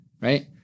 right